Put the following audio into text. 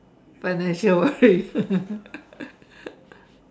financial worries